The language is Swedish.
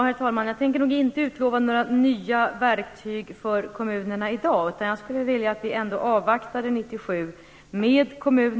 Herr talman! Jag tänker nog inte i dag utlova några nya verktyg för kommunerna, utan skulle vilja att vi avvaktade utvecklingen under 1997.